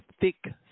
thick